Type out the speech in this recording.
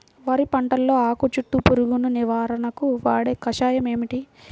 వరి పంటలో ఆకు చుట్టూ పురుగును నివారణకు వాడే కషాయం ఏమిటి?